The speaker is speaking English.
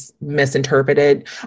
misinterpreted